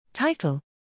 Title